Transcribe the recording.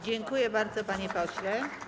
Dziękuję bardzo, panie pośle.